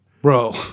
Bro